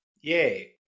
Yay